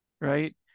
right